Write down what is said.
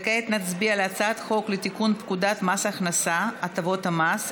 כעת נצביע על הצעת חוק לתיקון פקודת מס הכנסה (הטבות המס),